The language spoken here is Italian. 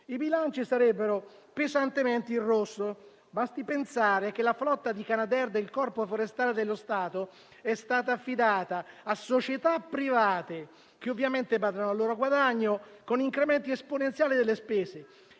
i bilanci sarebbero pesantemente in rosso. Basti pensare che la flotta di Canadair del Corpo forestale dello Stato è stata affidata a società private, che ovviamente badano al loro guadagno, con aumenti esponenziali delle spese.